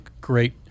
great